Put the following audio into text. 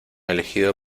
elegido